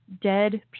dead